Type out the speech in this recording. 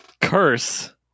Curse